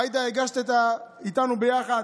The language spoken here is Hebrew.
עאידה, הגשת איתנו ביחד: